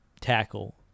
tackle